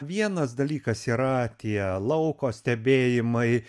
vienas dalykas yra tie lauko stebėjimai